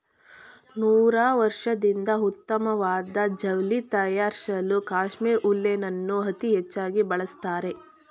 ನೂರಾರ್ವರ್ಷದಿಂದ ಉತ್ತಮ್ವಾದ ಜವ್ಳಿ ತಯಾರ್ಸಲೂ ಕಾಶ್ಮೀರ್ ಉಲ್ಲೆನನ್ನು ಅತೀ ಹೆಚ್ಚಾಗಿ ಬಳಸ್ತಾರೆ